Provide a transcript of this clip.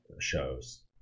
shows